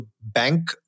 bank